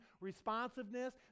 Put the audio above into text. responsiveness